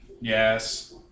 Yes